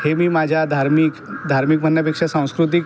हे मी माझ्या धार्मिक धार्मिक म्हणण्यापेक्षा सांस्कृतिक